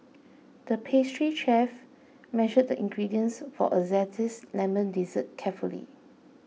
the pastry chef measured the ingredients for a Zesty Lemon Dessert carefully